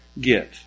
get